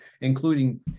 including